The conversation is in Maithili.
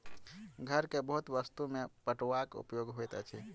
घर के बहुत वस्तु में पटुआक उपयोग होइत अछि